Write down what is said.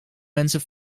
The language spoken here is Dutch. mensen